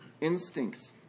instincts